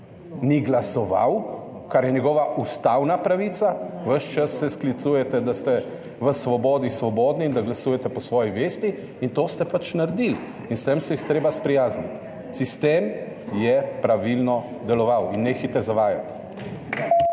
ni glasoval, kar je njegova ustavna pravica. Ves čas se sklicujete, da ste v Svobodi svobodni in da glasujete po svoji vesti, in to ste pač naredili. In s tem se je treba sprijazniti. Sistem je pravilno deloval in nehajte zavajati.